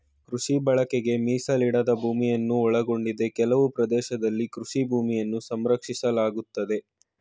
ಕೃಷಿ ಬಳಕೆಗೆ ಮೀಸಲಿಡದ ಭೂಮಿನ ಒಳಗೊಂಡಿದೆ ಕೆಲವು ಪ್ರದೇಶದಲ್ಲಿ ಕೃಷಿ ಭೂಮಿನ ಸಂರಕ್ಷಿಸಲಾಗಯ್ತೆ